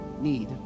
need